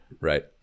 Right